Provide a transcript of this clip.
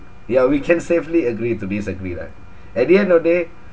yeah we can safely agree to disagree lah at the end of the day